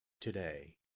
today